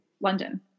London